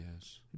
yes